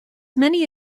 many